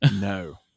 No